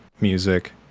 music